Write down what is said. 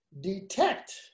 detect